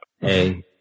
Hey